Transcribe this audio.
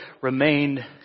remained